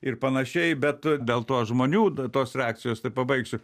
ir panašiai bet dėl to žmonių tos reakcijos tai pabaigsiu